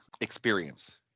experience